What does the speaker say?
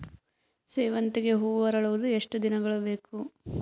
ಸೇವಂತಿಗೆ ಹೂವು ಅರಳುವುದು ಎಷ್ಟು ದಿನಗಳು ಬೇಕು?